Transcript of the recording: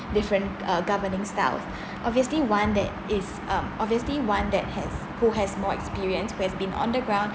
different uh governing styles obviously one that is um obviously one that has who has more experience who has been on the ground